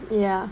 ya